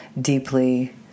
deeply